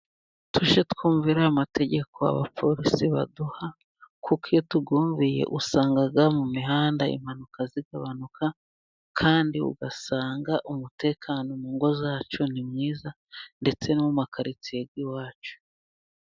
Tujyetwumvira amategeko abapolisi baduha kuko iyo tubumviye usanga mu mihanda impanuka zigabanuka kandi ugasanga umutekano wo mungo zacu ni mwiza ndetse n'amakaritsiye y'iwacu.